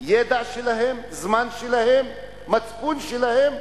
הידע שלהם, הזמן שלהם, המצפון שלהם,